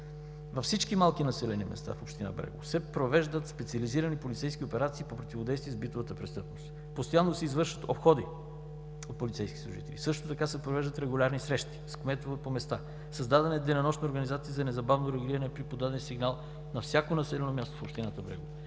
Във всички малки населени места в община Брегово се провеждат специализирани полицейски операции по противодействие с битовата престъпност. Постоянно се извършват обходи от полицейски служители. Също така се провеждат регулярни срещи с кметове по места. Създадена е денонощна организация за незабавно реагиране при подаден сигнал на всяко населено място в община Брегово.